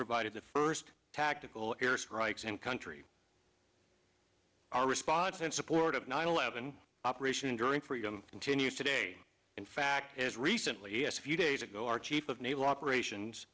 provided the first tactical air strikes in country our response in support of nine eleven operation enduring freedom continues today in fact as recently as a few days ago our chief of naval operations